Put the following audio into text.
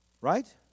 Right